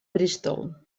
bristol